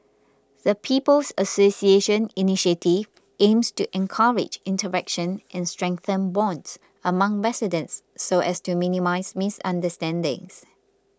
the People's Association initiative aims to encourage interaction and strengthen bonds among residents so as to minimise misunderstandings